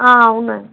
ఆ అవునండి